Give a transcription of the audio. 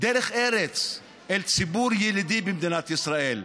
דרך ארץ לציבור ילידי במדינת ישראל.